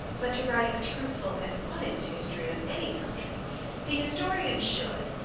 but to write a truthful and honest history of any country the historian should,